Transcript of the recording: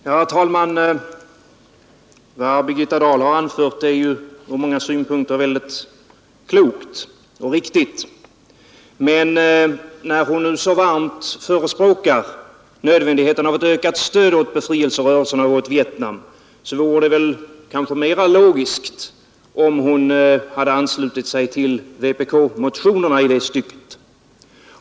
Herr talman! Vad Birgitta Dahl har anfört är ur många synpunkter mycket klokt och riktigt, men när hon nu så varmt förespråkar nödvändigheten av ett ökat stöd åt befrielserörelserna och åt Vietnam vore det kanske mera logiskt om hon hade anslutit sig till vpk-motionerna i det stycket.